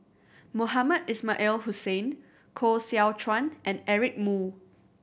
Mohamed Ismail Hussain Koh Seow Chuan and Eric Moo